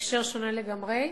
בהקשר שונה לגמרי,